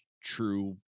true